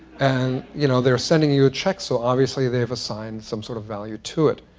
and you know they're sending you a check, so obviously they've assigned some sort of value to it.